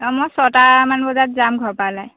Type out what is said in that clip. অঁ মই ছটামান বজাত যাম ঘৰৰপৰা ওলাই